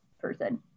person